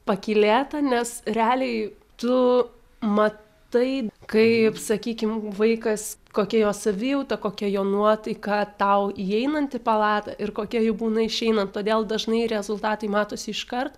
pakylėta nes realiai tu matai kaip sakykim vaikas kokia jo savijauta kokia jo nuotaika tau įeinant į palatą ir kokia ji būna išeinant todėl dažnai rezultatai matosi iškart